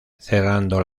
cerrando